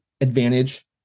advantage